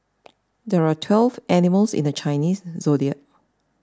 there are twelve animals in the Chinese zodiac